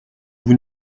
vous